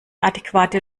adäquate